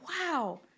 wow